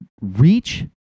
reach